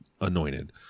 anointed